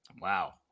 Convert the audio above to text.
Wow